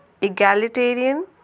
egalitarian